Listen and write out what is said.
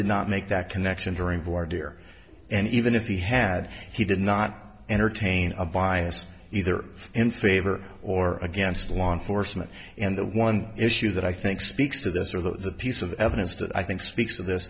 did not make that connection during voir dire and even if he had he did not entertain a bias either in favor or against law enforcement and the one issue that i think speaks to this or the piece of evidence that i think speaks of this